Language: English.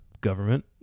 government